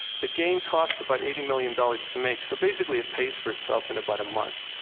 the game costs about eighty million dollars to make, so basically it pays for itself in about a month.